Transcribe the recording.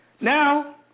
Now